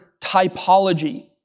typology